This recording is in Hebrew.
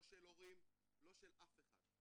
לא של הורים, לא של אף אחד.